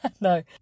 No